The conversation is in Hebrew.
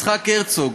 יצחק הרצוג,